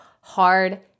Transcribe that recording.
hard